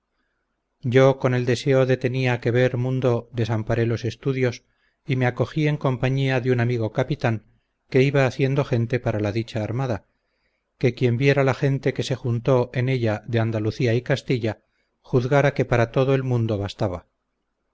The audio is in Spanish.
yo con el deseo que tenía de ver mundo desamparé los estudios y me acogí en compañía de un amigo capitán que iba haciendo gente para la dicha armada que quien viera la gente que se juntó en ella de andalucía y castilla juzgara que para todo el mundo bastaba